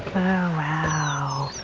wow!